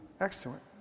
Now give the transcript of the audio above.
Excellent